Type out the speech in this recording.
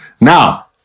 Now